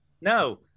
No